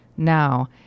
Now